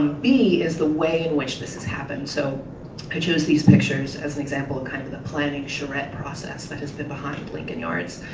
um b is the way in which this has happened. so i chose these pictures as example of kind of the planning charrette process that has been behind lincoln yards.